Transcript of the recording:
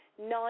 nine